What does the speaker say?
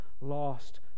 lost